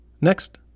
Next